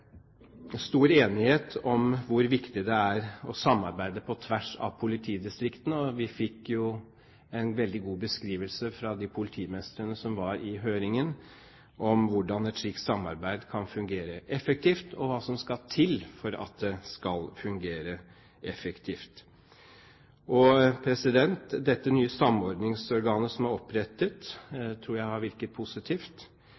stor enighet om hvor viktig det er å samarbeide på tvers av politidistriktene. Vi fikk jo en veldig god beskrivelse fra de politimestrene som var i høringen, av hvordan et slikt samarbeid kan fungere effektivt, og hva som skal til for at det skal fungere effektivt. Dette nye samordningsorganet som er opprettet,